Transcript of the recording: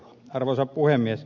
arvoisa puhemies